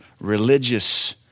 religious